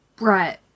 Right